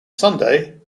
sunday